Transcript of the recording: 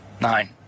Nine